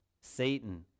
Satan